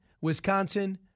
Wisconsin